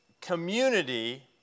community